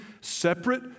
separate